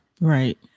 right